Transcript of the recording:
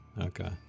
Okay